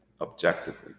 objectively